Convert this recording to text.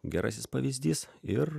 gerasis pavyzdys ir